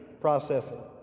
processing